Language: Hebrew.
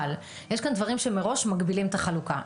אבל יש כאן דברים שמראש מגבילים את החלוקה.